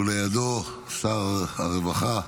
ולידו שר הרווחה.